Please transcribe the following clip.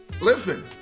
listen